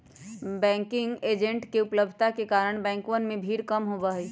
banking agents के उपलब्धता के कारण बैंकवन में भीड़ कम होबा हई